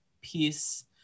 piece